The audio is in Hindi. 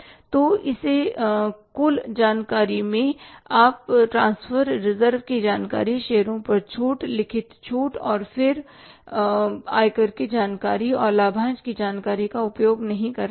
तो इस कुल जानकारी में आप ट्रांसफर रिजर्व की जानकारी शेयरों पर छूट लिखित छूट और फिर आयकर की जानकारी और लाभांश की जानकारी का उपयोग नहीं कर रहे हैं